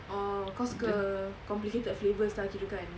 oh kau suka complicated flavours ah kira kan